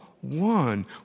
one